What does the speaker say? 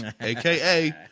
aka